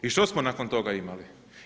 I što smo nakon toga imali?